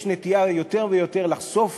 יש נטייה יותר ויותר לחשוף